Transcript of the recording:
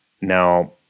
Now